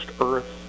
earth